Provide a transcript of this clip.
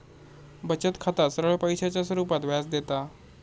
बचत खाता सरळ पैशाच्या रुपात व्याज देता